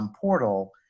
portal